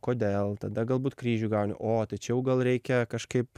kodėl tada galbūt kryžių gauni o tai čia jau gal reikia kažkaip